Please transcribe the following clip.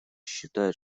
считает